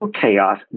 chaos